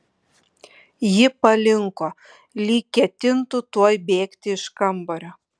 ji palinko lyg ketintų tuoj bėgti iš kambario